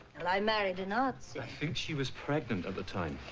and i married a nazi? i think she was pregnant at the time.